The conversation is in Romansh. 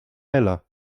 ella